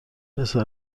پسر